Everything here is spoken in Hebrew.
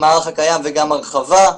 הקיים וגם הרחבה.